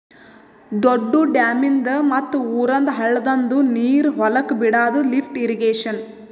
ದೊಡ್ದು ಡ್ಯಾಮಿಂದ್ ಮತ್ತ್ ಊರಂದ್ ಹಳ್ಳದಂದು ನೀರ್ ಹೊಲಕ್ ಬಿಡಾದು ಲಿಫ್ಟ್ ಇರ್ರೀಗೇಷನ್